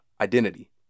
Identity